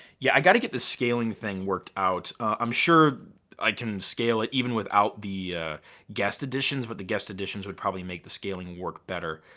yeah, i gotta get the scaling thing worked out. i'm sure i can scale it even without the guest editions but the guest editions would probably make the scaling work better.